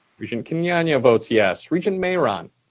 regent kenyanya votes yes. regent mayeron?